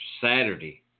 Saturday